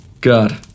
god